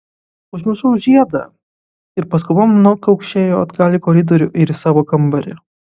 užmiršau žiedą ir paskubom nukaukšėjo atgal į koridorių ir į savo kambarį